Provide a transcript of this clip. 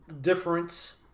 difference